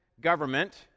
government